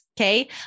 Okay